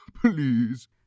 Please